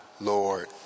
Lord